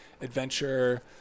adventure